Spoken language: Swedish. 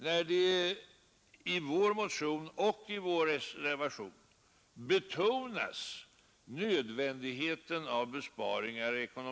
Både i vår motion och i vår reservation betonar vi ju nödvändigheten av besparingar.